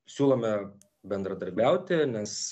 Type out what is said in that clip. siūlome bendradarbiauti nes